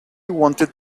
wanted